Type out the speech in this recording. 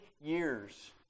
years